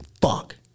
fuck